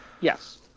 Yes